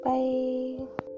Bye